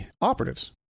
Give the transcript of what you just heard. operatives